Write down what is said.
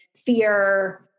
fear